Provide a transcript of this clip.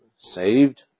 saved